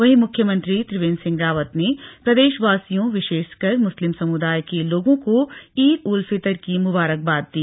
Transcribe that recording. वहीं मुख्यमंत्री त्रिवेन्द्र सिंह रावत ने प्रदेशवासियों विशेषकर मुस्लिम समुदाय के लोगों को ईद उल फितर की मुबारकबाद दी